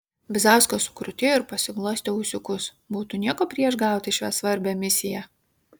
bizauskas sukrutėjo ir pasiglostė ūsiukus būtų nieko prieš gauti šią svarbią misiją